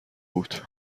بود